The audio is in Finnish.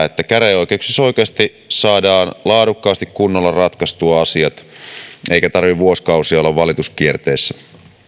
että käräjäoikeuksissa oikeasti saadaan laadukkaasti ja kunnolla ratkaistua asiat eikä tarvitse vuosikausia olla valituskierteessä